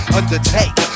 undertake